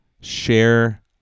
Share